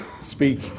speak